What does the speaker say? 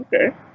Okay